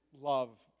love